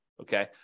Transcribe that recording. Okay